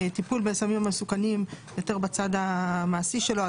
שזה טיפול בסמים המסוכנים בצד המעשי שלו,